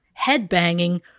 headbanging